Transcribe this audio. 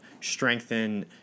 strengthen